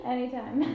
Anytime